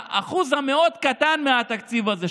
אחוז מאוד קטן מהתקציב הזה,